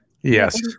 yes